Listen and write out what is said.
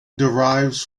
derives